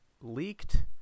leaked